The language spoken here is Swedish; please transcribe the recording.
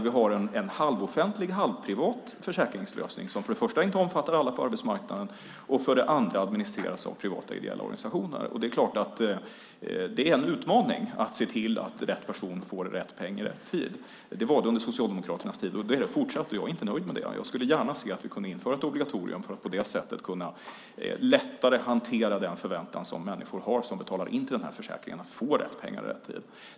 Vi har en halvoffentlig, halvprivat försäkringslösning som för det första inte omfattar alla på arbetsmarknaden och för det andra administreras av privata och ideella organisationer. Det är en utmaning att se till att rätt person får rätt peng i rätt tid. Det var det under Socialdemokraternas tid, och det är det fortsatt. Jag är inte nöjd med detta. Jag skulle gärna se att vi kunde införa ett obligatorium för att på det sättet lättare kunna hantera den förväntan som människor har som betalar in till den här försäkringen att få rätt peng i rätt tid.